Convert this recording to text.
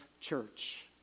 church